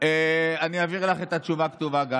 אני אעביר לך את התשובה הכתובה.